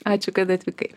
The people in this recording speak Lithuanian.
ačiū kad atvykai